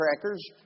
crackers